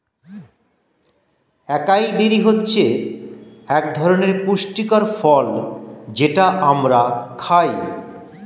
একাই বেরি হচ্ছে একধরনের পুষ্টিকর ফল যেটা আমরা খাই